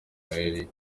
noheli